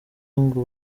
ngo